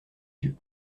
yeux